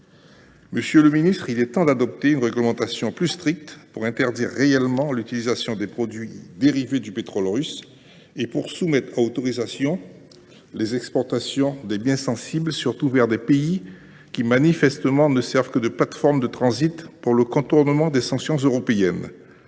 Monsieur le ministre, il est temps d’adopter une réglementation plus stricte pour interdire réellement l’utilisation des produits dérivés du pétrole russe et pour soumettre à autorisation les exportations des biens sensibles, surtout vers des pays qui ne servent manifestement que de plateformes de transit pour le contournement des sanctions européennes.